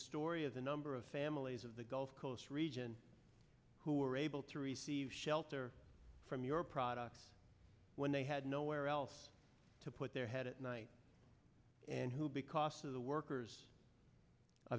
story of a number of families of the gulf coast region who were able to receive shelter from your products when they had nowhere else to put their head at night and who because of the workers